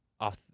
off